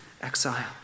exile